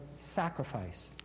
sacrifice